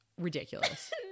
ridiculous